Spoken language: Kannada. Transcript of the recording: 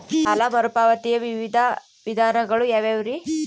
ಸಾಲ ಮರುಪಾವತಿಯ ವಿವಿಧ ವಿಧಾನಗಳು ಯಾವ್ಯಾವುರಿ?